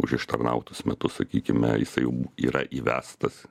už ištarnautus metus sakykime jisai jau yra įvestas